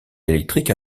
électrique